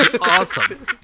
Awesome